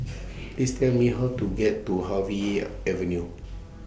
Please Tell Me How to get to Harvey Avenue